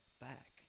back